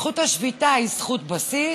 זכות ההפגנה היא זכות בסיס,